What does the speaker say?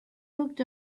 looked